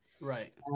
Right